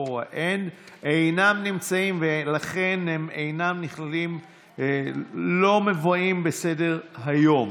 אינם נמצאים, ולכן הן אינן מובאות בסדר-היום.